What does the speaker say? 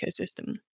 ecosystem